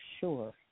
sure